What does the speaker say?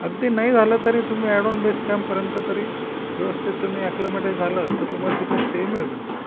अगदी नाही झालं तरी तुम्ही ॲडवान्स बेस कॅम्पर्यंत तरी व्यवस्थित तुम्ही ॲक्लमटाईज झालात तर तुम्हाला तिथे स्टे मिळतो